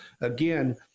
again